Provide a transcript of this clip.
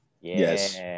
Yes